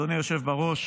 אדוני היושב בראש,